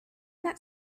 that